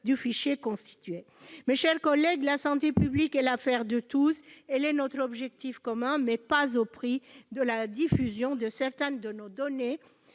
du fichier constitué. Mes chers collègues, la santé publique est l'affaire de tous, elle est notre objectif commun, mais il ne saurait être atteint au prix de la diffusion de certaines de nos données